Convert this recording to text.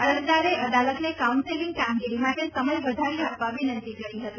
અરજદારે અદાલતને કાઉન્સિલીગ કામગીરી માટે સમય વધારી આપવા વિનંતી કરી હતી